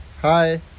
Hi